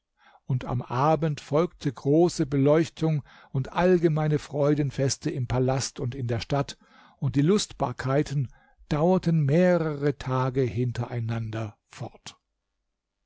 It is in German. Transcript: und am abend folgte große beleuchtung und allgemeine freudenfeste im palast und in der stadt und die lustbarkeiten dauerten mehrere tage hintereinander fort